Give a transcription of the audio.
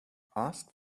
ask